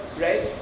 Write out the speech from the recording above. right